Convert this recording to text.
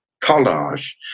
collage